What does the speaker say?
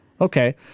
Okay